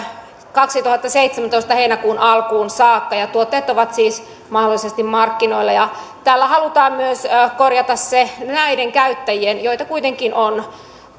kaksituhattaseitsemäntoista heinäkuun alkuun saakka ja tuotteet ovat siis mahdollisesti markkinoilla tällä halutaan myös korjata se käyttäjien joita kuitenkin on